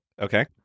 Okay